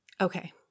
Okay